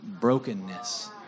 brokenness